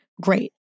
great